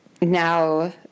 now